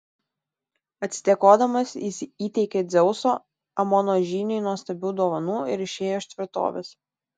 atsidėkodamas jis įteikė dzeuso amono žyniui nuostabių dovanų ir išėjo iš tvirtovės